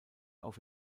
auf